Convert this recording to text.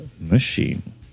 Machine